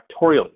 factorially